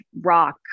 rock